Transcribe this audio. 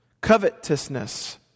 Covetousness